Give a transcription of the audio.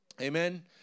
Amen